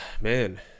man